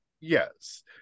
Yes